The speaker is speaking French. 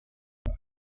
les